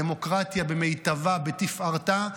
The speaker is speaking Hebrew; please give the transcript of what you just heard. דמוקרטיה במיטבה, בתפארתה.